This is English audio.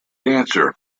dancer